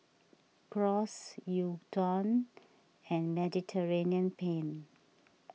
Gyros Gyudon and Mediterranean Penne